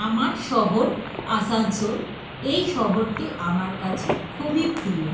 আমার শহর আসানসোল এই শহরটি আমার কাছে খুবই প্রিয়